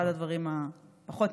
זה אחד הדברים הפחות-נעימים,